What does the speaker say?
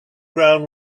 ground